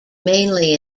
mainly